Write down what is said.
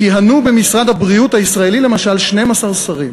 כיהנו במשרד הבריאות הישראלי, למשל, 12 שרים: